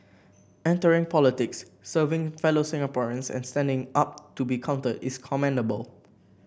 entering politics serving fellow Singaporeans and standing up to be counted is commendable